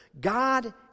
God